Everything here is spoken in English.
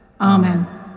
Amen